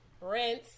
Rinse